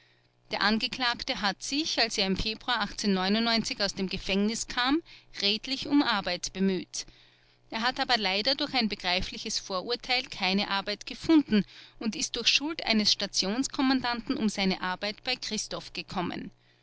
der angeklagte hat sich als er im februar aus dem gefängnis kam redlich um arbeit bemüht er hat aber leider durch ein begreifliches vorurteil keine arbeit gefunden und ist durch schuld eines stationskommandanten um seine arbeit bei christoph gekommen